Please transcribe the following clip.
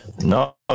No